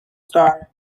star